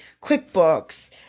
QuickBooks